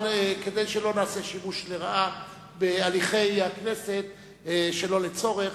אבל כדי שלא נעשה שימוש לרעה בהליכי הכנסת שלא לצורך,